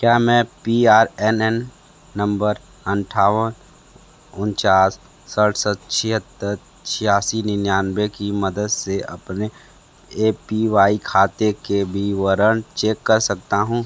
क्या मैं P R N N number अट्ठावन उनचास सड़सठ छिहत्तर छियासी निन्यानवे की मदद से अपने ए पी वाई खाते के विवरण चेक कर सकता हूँ